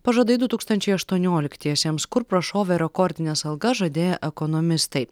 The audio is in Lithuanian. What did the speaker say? pažadai du tūkstančiai aštuonioliktiesiems kur prašovė rekordines algas žadėję ekonomistai